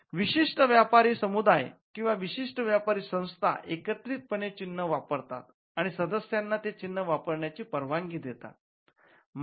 विशिष्ट व्यापारी समुदाय किंवा विशिष्ट व्यापारी संस्था एकत्रितपणे चिन्ह वापरतात आणि सदस्यांना ते चिन्ह वापरण्याची परवानगी देतात